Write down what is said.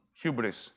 hubris